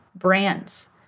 brands